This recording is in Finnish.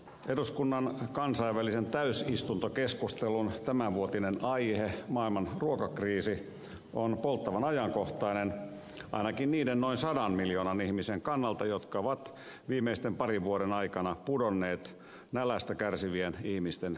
eduskunnan kansainvälisen täysistuntokeskustelun tämänvuotinen aihe maailman ruokakriisi on polttavan ajankohtainen ainakin niiden noin sadan miljoonan ihmisen kannalta jotka ovat viimeisten parin vuoden aikana pudonneet nälästä kärsivien ihmisten joukkoon